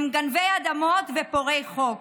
הם גנבי אדמות ופורעי חוק.